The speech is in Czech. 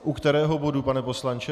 U kterého bodu, pane poslanče?